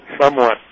somewhat